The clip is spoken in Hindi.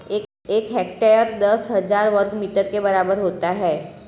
एक हेक्टेयर दस हज़ार वर्ग मीटर के बराबर होता है